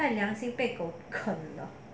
他的良心被狗啃了